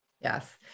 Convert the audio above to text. Yes